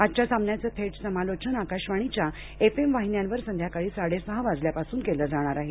आजच्या सामान्याचं थेट समालोचन आकाशवाणीच्या एफएम वाहिन्यांवर संध्याकाळी साडे सहा वाजल्यापासून केलं जाणार आहे